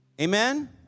Amen